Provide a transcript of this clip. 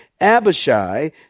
Abishai